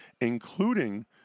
including